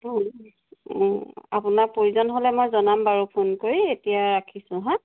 অ' অ' আপোনাক প্ৰয়োজন হ'লে মই জনাম বাৰু ফোন কৰি এতিয়া ৰাখিছোঁ হা